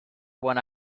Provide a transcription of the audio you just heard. when